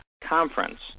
conference